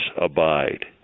abide